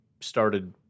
started